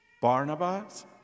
Barnabas